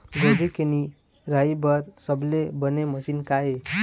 गोभी के निराई बर सबले बने मशीन का ये?